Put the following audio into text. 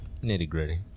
nitty-gritty